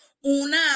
una